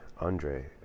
Andre